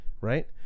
right